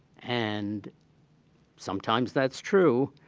and sometimes that's true,